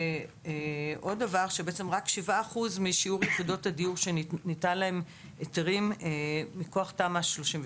רק שבעה אחוזים משיעור יחידות הדיור שניתנו להן היתרים מכוח תמ"א 38